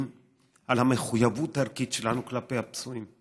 על המחויבות הערכית שלנו כלפי הפצועים.